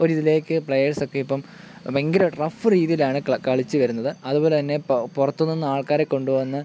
ഒരിതിലേക്ക് players ഒക്കെ ഇപ്പം ഭയങ്കര റഫ് രീതിയിലാണ് കളിച്ച് വരുന്നത് അതുപോലെ തന്നെ പൊ പുറത്ത് നിന്ന് ആൾക്കാരെ കൊണ്ട് വന്ന്